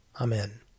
Amen